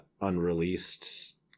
unreleased